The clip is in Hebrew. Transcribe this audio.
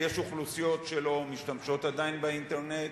כי יש אוכלוסיות שלא משתמשות עדיין באינטרנט,